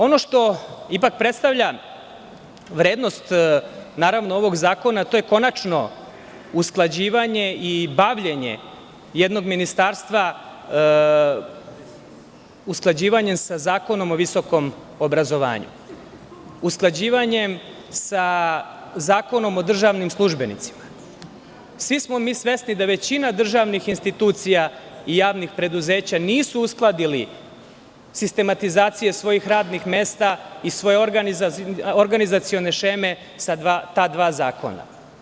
Ono što ipak predstavlja vrednost ovog zakona, to je konačno usklađivanje i bavljenje jednog ministarstva, sa Zakonom o visokom obrazovanju, usklađivanjem sa Zakonom o državnim službenicima, jer svi smo mi svesni da većina državnih institucija i javnih preduzeća nisu uskladili sistematizaciju svojih radnih mesta i svoje organizacione šeme sa ta dva zakona.